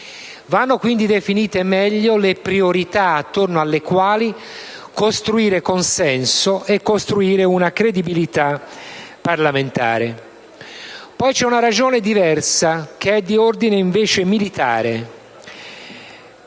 Vanno quindi definite meglio le priorità intorno alle quali costruire consenso e costruire una credibilità parlamentare. Poi c'è una ragione diversa, che è invece di ordine militare.